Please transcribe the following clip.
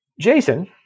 Jason